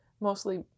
mostly